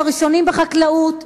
אנחנו הראשונים בחקלאות,